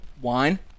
Wine